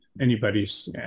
anybody's